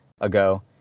ago